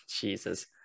Jesus